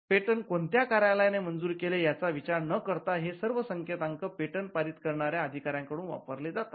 patent कोणत्या कार्यालयाने मंजूर केले याचा विचार न करता हे सर्व संकेतांक पेटंट पारित करणाऱ्या अधिकाऱ्याकडून वापरले जातात